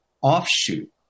offshoot